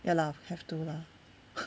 ya lah have to lah